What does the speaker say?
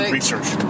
research